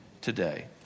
today